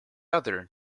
other